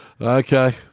Okay